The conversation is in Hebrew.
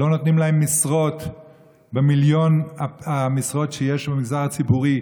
לא נותנים להם משרות במיליון המשרות שיש במגזר הציבורי,